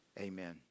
Amen